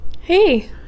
Hey